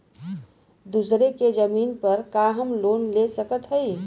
दूसरे के जमीन पर का हम लोन ले सकत हई?